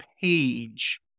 page